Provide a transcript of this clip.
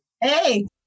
Hey